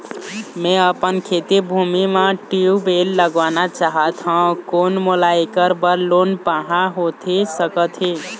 मैं अपन खेती भूमि म ट्यूबवेल लगवाना चाहत हाव, कोन मोला ऐकर बर लोन पाहां होथे सकत हे?